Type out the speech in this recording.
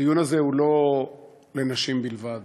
הדיון הזה הוא לא לנשים בלבד.